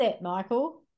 Michael